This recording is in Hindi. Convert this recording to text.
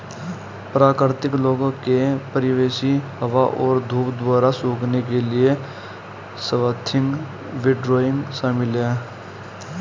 प्राकृतिक लोगों के परिवेशी हवा और धूप द्वारा सूखने के लिए स्वाथिंग विंडरोइंग शामिल है